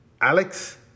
Alex